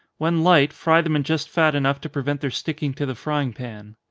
when light, fry them in just fat enough to prevent their sticking to the frying pan.